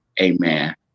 amen